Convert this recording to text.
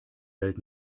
welt